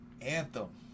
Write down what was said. Anthem